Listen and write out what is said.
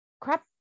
crap